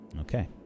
okay